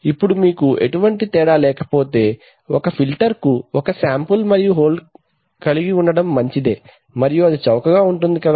ఇప్పుడు మీకు ఎటువంటి తేడా లేకపోతే ఒక ఫిల్టర్ కు ఒక శాంపుల్ మరియు హోల్డ్ కలిగి ఉండటం మంచిదే మరియు అది చౌకగా ఉంటుంది కదా